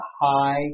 high